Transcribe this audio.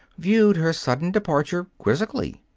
viewed her sudden departure quizzically.